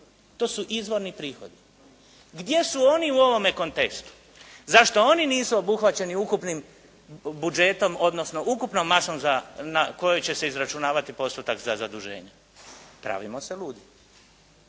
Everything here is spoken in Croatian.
To su izvorni prihodi. Gdje su oni u ovome kontekstu, zašto oni nisu obuhvaćeni ukupnim buđetom, odnosno ukupnom masom na kojoj će se izračunavati postotak za zaduženje? Pravimo se ludi.